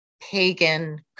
pagan